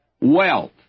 Wealth